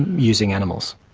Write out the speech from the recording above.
using animals.